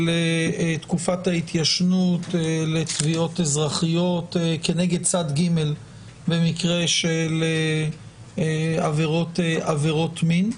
תקופת ההתיישנות לתביעות אזרחיות כנגד צד ג' במקרה של עבירות מין.